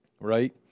right